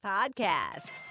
Podcast